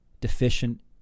deficient